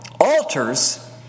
altars